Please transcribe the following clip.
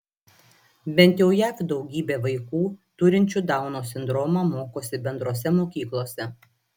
bent jau jav daugybė vaikų turinčių dauno sindromą mokosi bendrose mokyklose